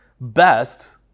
best